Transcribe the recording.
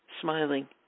smiling